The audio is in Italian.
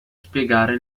spiegare